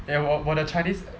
eh 我我的 chinese